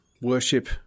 worship